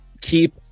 keep